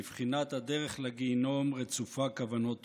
בבחינת "הדרך לגיהינום רצופה כוונות טובות",